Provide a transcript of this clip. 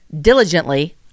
diligently